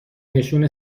نشون